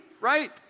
Right